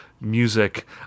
music